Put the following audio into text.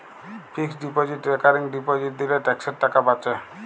fixed deposit recurring deposit দিলে ট্যাক্সের টাকা বাঁচে